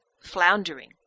floundering